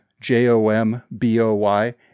J-O-M-B-O-Y